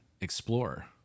Explorer